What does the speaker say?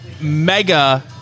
mega